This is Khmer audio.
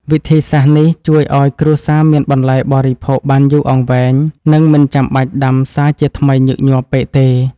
វិធីសាស្ត្រនេះជួយឱ្យគ្រួសារមានបន្លែបរិភោគបានយូរអង្វែង និងមិនចាំបាច់ដាំសារជាថ្មីញឹកញាប់ពេកទេ។